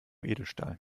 edelstahl